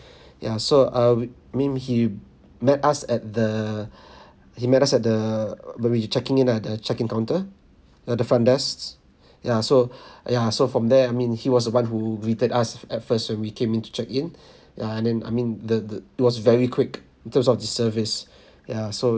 ya so uh we mean he met us at the he met us at the while we checking in ah the check in counter uh the front desk ya so ya so from there I mean he was the one who greeted us at first when we came in to check in ya and then I mean the the it was very quick in terms of the service ya so